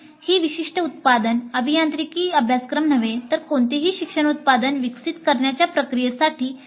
ही विशिष्ट उत्पादन अभियांत्रिकी अभ्यासक्रम नव्हे तर कोणतेही शिक्षण उत्पादन विकसित करण्याच्या प्रक्रियेसाठी आहेत